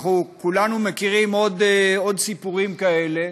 אנחנו כולנו מכירים עוד סיפורים כאלה.